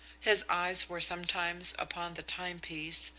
his eyes were sometimes upon the timepiece,